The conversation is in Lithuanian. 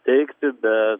teigti bet